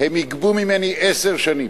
הם יגבו ממני עשר שנים.